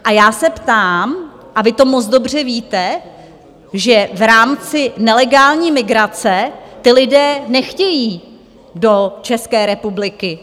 A já se ptám, a vy to moc dobře víte, že v rámci nelegální migrace ti lidé nechtějí do České republiky.